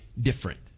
different